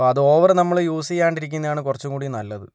അപ്പം അത് ഓവറ് നമ്മള് യൂസ് ചെയ്യാണ്ടിരിക്കുന്നയാണ് കുറച്ചും കൂടി നല്ലത്